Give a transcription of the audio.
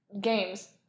games